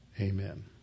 Amen